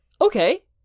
okay